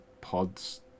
pods